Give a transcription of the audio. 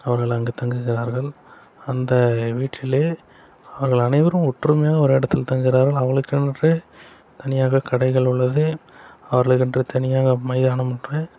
அவர்கள் அங்கே தங்குகிறார்கள் அந்த வீட்டிலேயே அவர்கள் அனைவரும் ஒற்றுமையாக ஒரு இடத்தில் தங்குகிறார்கள் அவர்களுக்கென்று தனியாக கடைகள் உள்ளது அவர்களுக்கென்று தனியாக மைதானம் உண்டு